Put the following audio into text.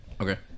Okay